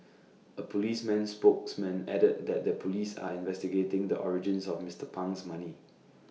A Police man spokesman added that the Police are investigating the origins of Mister Pang's money